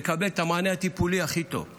לקבל את המענה הטיפולי הכי טוב.